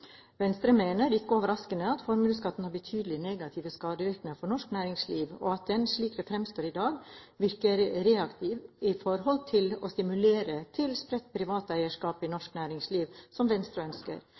Venstre mener, ikke overraskende, at formuesskatten har betydelig negative skadevirkninger for norsk næringsliv, og at den, slik den fremstår i dag, virker reaktiv med hensyn til å stimulere til spredt privat eierskap i